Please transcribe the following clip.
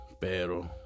pero